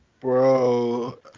Bro